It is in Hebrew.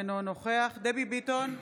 אינו נוכח דבי ביטון,